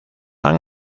han